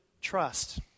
trust